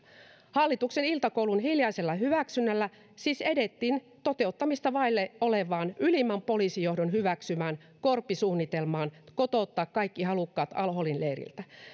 hallituksen iltakoulun hiljaisella hyväksynnällä siis edettiin toteuttamista vaille olevaan ylimmän poliisijohdon hyväksymään korpi suunnitelmaan kotouttaa kaikki halukkaat al holin leiriltä